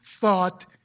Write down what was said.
thought